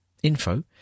info